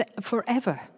forever